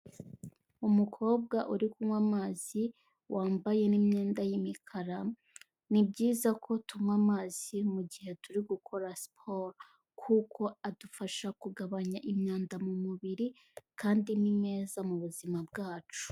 Umukobwa uri kunywa amazi, wambaye n'imyenda y'imikara. Ni byiza ko tunywa amazi mu gihe turi gukora siporo kuko adufasha kugabanya imyanda mu mubiri kandi ni meza mu buzima bwacu.